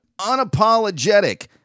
unapologetic